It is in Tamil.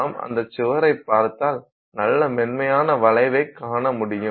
நாம் அந்தச் சுவரைப் பார்த்தால் நல்ல மென்மையான வளைவைக் காண முடியும்